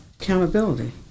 accountability